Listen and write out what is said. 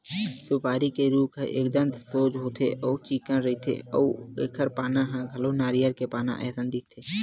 सुपारी के रूख ह एकदम सोझ होथे अउ चिक्कन रहिथे अउ एखर पाना ह घलो नरियर के पाना असन दिखथे